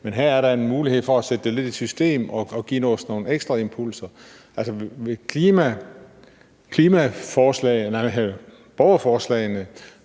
men her er der en mulighed for at sætte det lidt i system og give os nogle ekstra impulser. Borgerforslagene